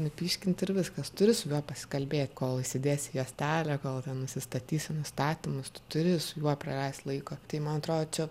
nupyškint ir viskas turi su juo pasikalbėt kol įsidėsi juostelę kol ten nusistatysi nustatymus tu turi su juo praleist laiko tai man atrodo čia